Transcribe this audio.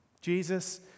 Jesus